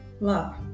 love